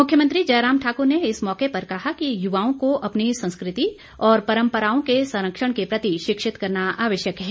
मुख्यमंत्री जयराम ठाकर ने इस मौके पर कहा कि युवाओं को अपनी संस्कृति और परंपराओं के संरक्षण के प्रति शिक्षित करना आवश्यक है